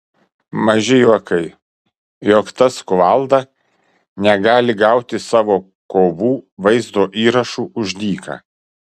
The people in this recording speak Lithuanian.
maži juokai jog tas kuvalda negali gauti savo kovų vaizdo įrašų už dyką